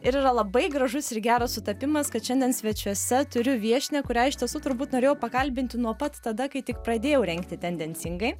ir yra labai gražus ir geras sutapimas kad šiandien svečiuose turiu viešnią kurią iš tiesų turbūt norėjau pakalbinti nuo pat tada kai tik pradėjau rengti tendencingai